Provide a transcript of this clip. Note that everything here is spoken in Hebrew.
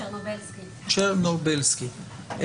צ'רנובלסקי,